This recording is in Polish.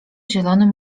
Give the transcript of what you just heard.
zielonym